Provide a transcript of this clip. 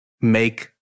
make